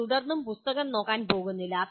ഞാൻ തുടർന്നും പുസ്തകം നോക്കാൻ പോകുന്നില്ല